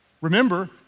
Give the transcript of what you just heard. Remember